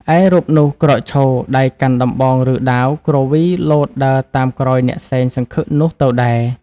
ឯរូបនោះ ក្រោកឈរ ដៃកាន់ដំបង ឬ ដាវ គ្រវីលោតដើរតាមក្រោយអ្នកសែងសង្ឃឹកនោះទៅដែរ ។